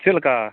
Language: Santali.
ᱪᱮᱫ ᱞᱮᱠᱟ